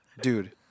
dude